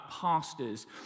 pastors